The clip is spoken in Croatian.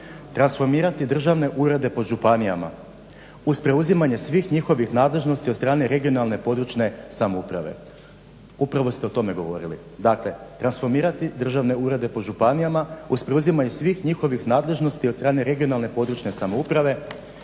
transformirati državne urede po županijama uz preuzimanje svih njihovih nadležnosti od strane regionalne područne samouprave.